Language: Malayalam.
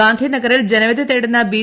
ഗാന്ധിനഗറിൽ ജനവിധ്യൂ ത്രേടുന്ന ബി